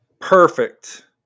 perfect